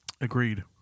Agreed